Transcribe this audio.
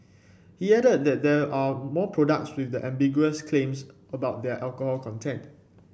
he added that there are more products with ambiguous claims about their alcohol content